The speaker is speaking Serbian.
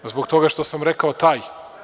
Zbog toga što sam rekao taj.